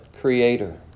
creator